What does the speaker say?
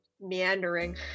meandering